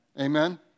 Amen